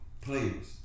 players